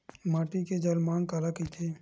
माटी के जलमांग काला कइथे?